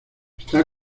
está